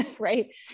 right